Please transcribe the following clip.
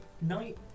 night